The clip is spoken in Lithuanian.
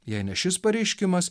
jei ne šis pareiškimas